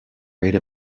rate